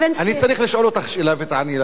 אני צריך לשאול אותך שאלה ותעני עליה.